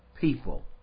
people